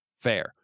fair